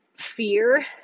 fear